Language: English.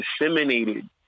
disseminated